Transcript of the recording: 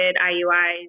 IUIs